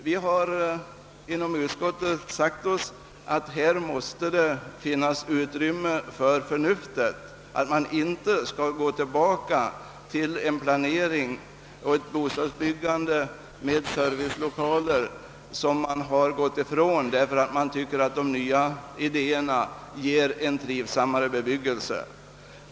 Vi har inom utskottet sagt oss att det måste finnas utrymme för förnuftet och att man inte skall gå tillbaka till en planering och till ett bostadsbyggande med servicelokaler som man har gått ifrån, därför att man anser att de nya idéerna ger en trivsammare bebyggelse.